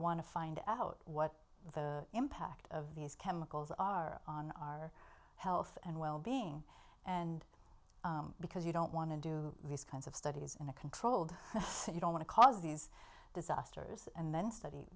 to find out what the impact of these chemicals are on our health and well being and because you don't want to do these kinds of studies in a controlled you don't want to cause these disasters and then study